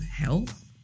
Health